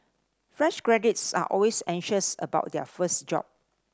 fresh graduates are always anxious about their first job